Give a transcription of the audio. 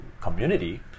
community